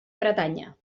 bretanya